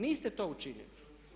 Niste to učinili.